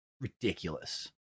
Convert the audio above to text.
ridiculous